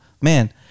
man